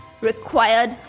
required